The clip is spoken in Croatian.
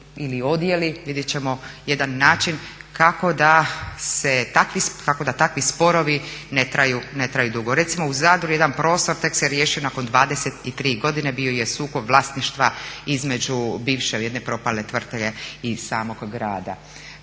ili odjeli, vidjet ćemo jedan način kako da takvi sporovi ne traju dugo. Recimo u Zadru jedan prostor tek se riješio nakon 23 godine, bio je sukob vlasništva između bivše jedne propale tvrtke i samog grada.